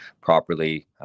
properly